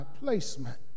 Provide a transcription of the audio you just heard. placement